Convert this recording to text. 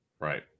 right